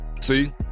See